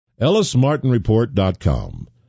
ellismartinreport.com